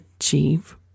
achieve